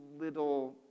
little